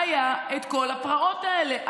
היו כל הפרעות האלה,